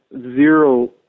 zero